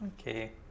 Okay